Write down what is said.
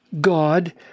God